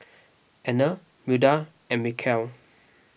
Anner Milda and Michaele